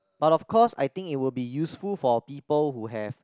but of course I think it will be useful for people who have